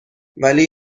ولی